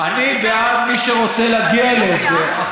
אני בעד מי שרוצה להגיע להסדר,